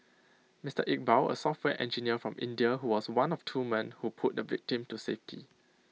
Mister Iqbal A software engineer from India who was one of two men who pulled the victim to safety